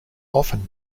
often